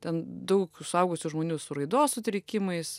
ten daug suaugusių žmonių su raidos sutrikimais